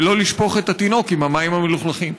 ולא לשפוך את התינוק עם המים המלוכלכים.